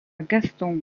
gaston